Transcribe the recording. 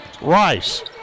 Rice